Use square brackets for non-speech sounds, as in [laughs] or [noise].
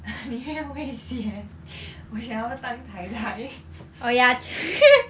你没有位写我想要当 tai tai [laughs]